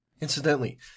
Incidentally